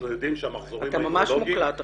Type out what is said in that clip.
אתה מוקלט עכשיו.